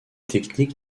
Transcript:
techniques